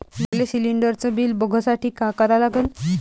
मले शिलिंडरचं बिल बघसाठी का करा लागन?